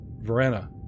Verena